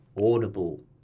audible